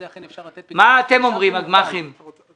מישהו רוצה להגיב על העניין הזה?